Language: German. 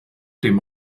dem